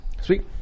Sweet